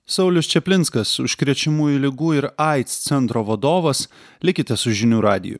saulius čaplinskas užkrečiamųjų ligų ir aids centro vadovas likite su žinių radiju